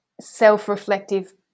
self-reflective